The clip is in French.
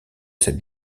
cette